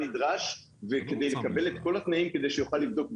נדרש והוא יקבל את כל התנאים כדי שהוא יוכל לבדוק בארץ,